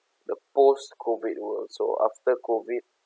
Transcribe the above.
the post COVID world so after COVID